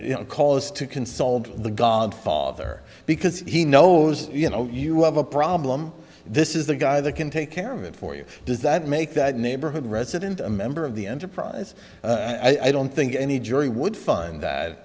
reasons cause to consult the godfather because he knows you know you have a problem this is the guy that can take care of it for you does that make that neighborhood resident a member of the enterprise i don't think any jury would fund that